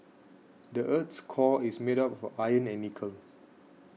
the earth's core is made up for iron and nickel